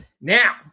Now